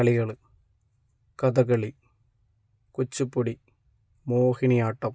കളികള് കഥകളി കുച്ചിപ്പുടി മോഹിനിയാട്ടം